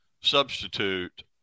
substitute